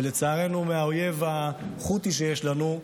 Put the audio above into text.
ולצערנו בגלל האויב החות'י שיש לנו,